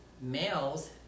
males